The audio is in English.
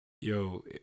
yo